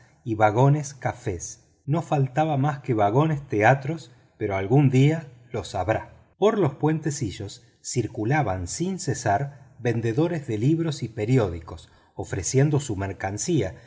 disposición vagones cafés no faltaban mas que vagones teatros pero algún día los habrá por los puentecillos circulaban sin cesar vendedores de libros y periódicos ofreciendo su mercancía